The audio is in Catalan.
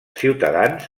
ciutadans